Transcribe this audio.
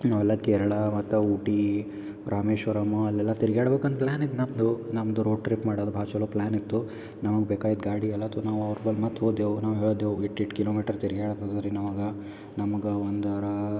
ನಾವೆಲ್ಲ ಕೇರಳ ಮತ್ತು ಊಟಿ ರಾಮೇಶ್ವರಮ್ ಅಲ್ಲೆಲ್ಲ ತಿರ್ಗಾಡ್ಬೇಕಂತ ಪ್ಲ್ಯಾನ್ ಇತ್ತು ನಮ್ಮದು ನಮ್ಮದು ರೋಡ್ ಟ್ರಿಪ್ ಮಾಡೋದು ಭಾಳ ಚಲೋ ಪ್ಲ್ಯಾನ್ ಇತ್ತು ನಮಗೆ ಬೇಕಾಗಿದ್ದು ಗಾಡಿ ಎಲ್ಲಾದು ನಾವು ಅವ್ರ ಬಲ್ ಮತ್ತು ಹೋದೆವು ನಾವು ಹೇಳಿದೆವು ಇಷ್ಟ್ ಇಷ್ಟ್ ಕಿಲೋಮೀಟರ್ ತಿರ್ಗ್ಯಾಡ್ಬೋದು ರೀ ನಮಗೆ ನಮಗೆ ಒಂದಾರ